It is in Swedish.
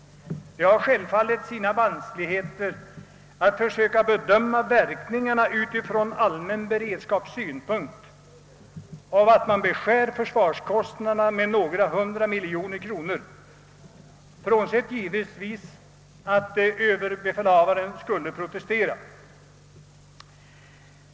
Det har självfallet sina vanskligheter att försöka bedöma verkningarna utifrån allmän beredskapssynpunkt av att man beskär försvarskostnaderna med några hundra miljoner kronor — frånsett givetvis att överbefälhavaren skulle protestera.